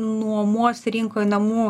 nuomos rinkoj namų